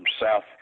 South